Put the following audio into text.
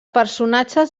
personatges